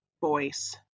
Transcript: voice